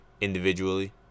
individually